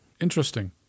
Interesting